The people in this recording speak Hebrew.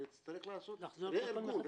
נצטרך לעשות רה-ארגון,